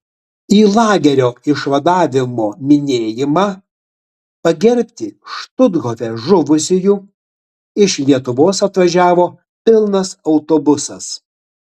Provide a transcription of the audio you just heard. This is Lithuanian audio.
į lagerio išvadavimo minėjimą pagerbti štuthofe žuvusiųjų iš lietuvos atvažiavo pilnas autobusas